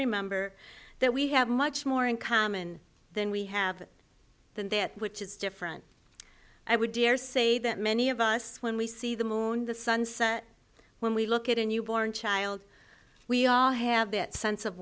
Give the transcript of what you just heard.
remember that we have much more in common than we have than that which is different i would dare say that many of us when we see the moon the sun when we look at a newborn child we all have that sense of